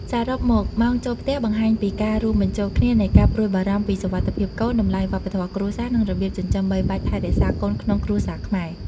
សរុបមកម៉ោងចូលផ្ទះបង្ហាញពីការរួមបញ្ចូលគ្នានៃការព្រួយបារម្ភពីសុវត្ថិភាពកូន តម្លៃវប្បធម៌គ្រួសារ និងរបៀបចិញ្ចឹមបីបាច់ថែរក្សាកូនក្នុងគ្រួសារខ្មែរ។